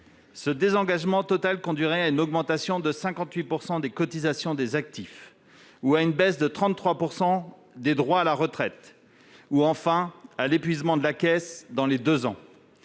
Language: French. Ce désengagement total conduirait à une augmentation de 58 % des cotisations des actifs, à une baisse de 33 % des droits à retraite ou à l'épuisement de la caisse dans les deux ans.